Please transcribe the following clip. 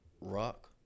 Rock